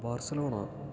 Barcelona